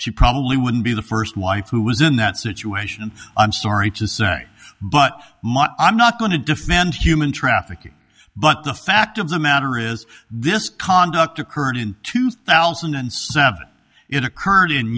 she probably wouldn't be the first wife who was in that situation and i'm sorry to say but i'm not going to defend human trafficking but the fact of the matter is this conduct occurred in two thousand and seven it occurred in